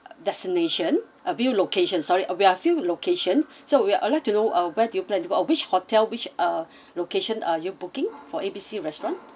destination a few location sorry we have a few location so we are uh like to know uh where do you plan to go out which hotel which uh location are you booking for A B C restaurant